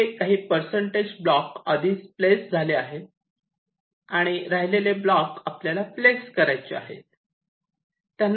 म्हणजे काही percentage block आधीच प्लेस झाले आहे आणि राहिलेले ब्लॉक आपल्याला प्लेस करायचे आहेत